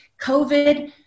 covid